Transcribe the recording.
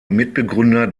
mitbegründer